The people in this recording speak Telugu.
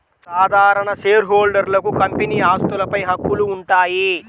సాధారణ షేర్హోల్డర్లకు కంపెనీ ఆస్తులపై హక్కులు ఉంటాయి